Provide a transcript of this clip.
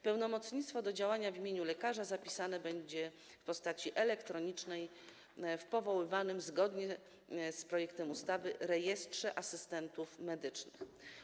Pełnomocnictwo do działania w imieniu lekarza zapisane będzie w postaci elektronicznej w powoływanym zgodnie z projektem ustawy Rejestrze Asystentów Medycznych.